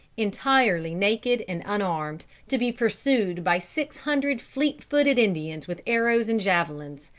entirely naked and unarmed, to be pursued by six hundred fleet-footed indians with arrows and javelins,